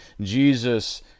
Jesus